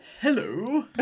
hello